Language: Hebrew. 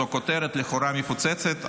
זו כותרת לכאורה מפוצצת,